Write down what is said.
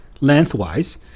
lengthwise